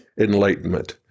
enlightenment